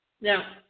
Now